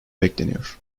bekleniyor